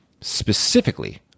Specifically